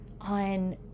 on